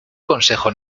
consejo